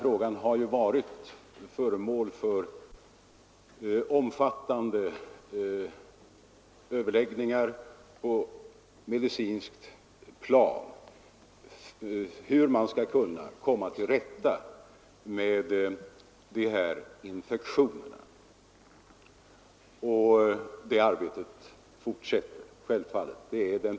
Frågan om hur man skall komma till rätta med de här infektionerna har varit föremål för omfattande överläggningar på medicinskt plan, och det arbetet kommer självfallet att fortsätta.